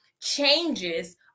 changes